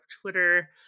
twitter